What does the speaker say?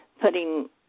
putting